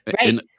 Right